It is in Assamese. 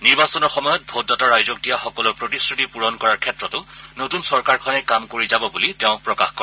নিৰ্বাচনৰ সময়ত ভোটদাতা ৰাইজক দিয়া সকলো প্ৰতিশ্ৰুতি পূৰণ কৰাৰ ক্ষেত্ৰতো নতুন চৰকাৰখনে কাম কৰি যাব বুলি তেওঁ প্ৰকাশ কৰে